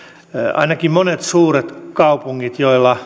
ainakin monet suuret kaupungit